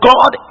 God